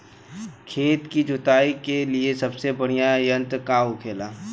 खेत की जुताई के लिए सबसे बढ़ियां यंत्र का होखेला?